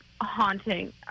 haunting